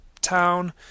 town